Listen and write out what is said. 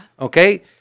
Okay